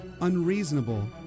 unreasonable